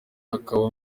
akaba